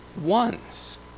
ones